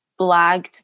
blagged